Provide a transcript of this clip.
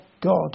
God